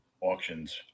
auctions